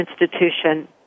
institution